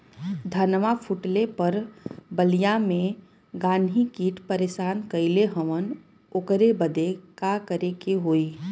धनवा फूटले पर बलिया में गान्ही कीट परेशान कइले हवन ओकरे बदे का करे होई?